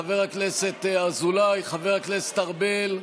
חבר הכנסת אזולאי, חבר הכנסת ארבל,